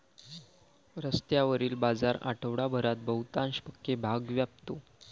रस्त्यावरील बाजार आठवडाभरात बहुतांश पक्के भाग व्यापतो